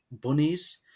bunnies